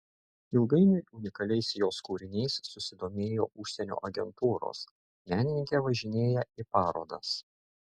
ilgainiui unikaliais jos kūriniais susidomėjo užsienio agentūros menininkė važinėja į parodas